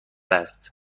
است